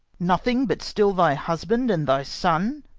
nothing but still thy husband and thy son?